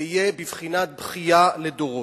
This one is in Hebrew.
ויהיה בבחינת בכייה לדורות.